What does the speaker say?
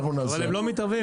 הם לא מתערבים.